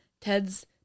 Ted's